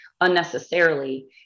unnecessarily